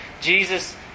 Jesus